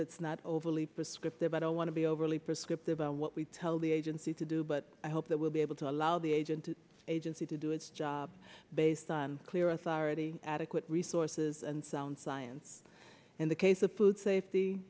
that's not overly prescriptive i don't want to be overly prescriptive on what we tell the agency to do but i hope that we'll be able to allow the agent agency to do its job based on clear authority adequate resources and sound science in the case of food safety